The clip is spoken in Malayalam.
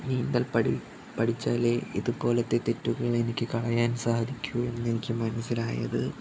നീന്തൽ പഠിച്ചാലേ ഇതുപോലത്തെ തെറ്റുകൾ എനിക്ക് തടയാൻ സാധിക്കൂ എന്നെനിക്ക് മനസ്സിലായത്